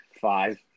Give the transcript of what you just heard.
five